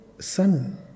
son